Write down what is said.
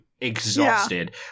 exhausted